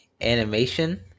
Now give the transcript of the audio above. animation